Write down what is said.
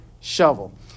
shovel